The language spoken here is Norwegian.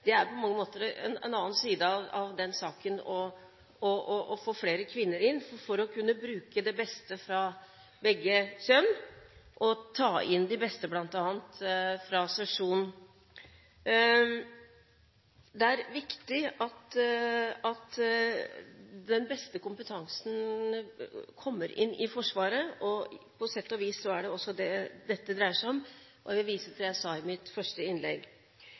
på mange måter er en annen side av den saken å få flere kvinner inn – bruke de beste av begge kjønn og ta inn de beste fra bl.a. sesjonen. Det er viktig at den beste kompetansen kommer inn i Forsvaret. På sett og vis er det også det dette dreier seg om. Jeg vil vise til det jeg sa i mitt første innlegg.